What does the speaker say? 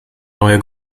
neue